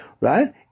right